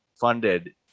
funded